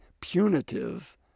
punitive